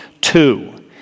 two